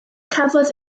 cafodd